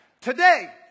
Today